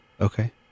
Okay